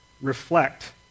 reflect